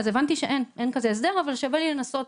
הבנתי שאין כזה הסדר אבל שווה לי לנסות,